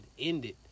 ended